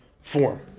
form